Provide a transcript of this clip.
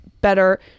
better